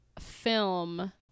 film